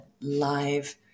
live